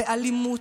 באלימות,